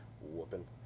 Whooping